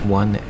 one